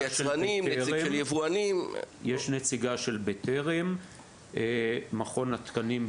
יצרנים; נציג של יבואנים --- יש נציגה של בטרם; מכון התקנים,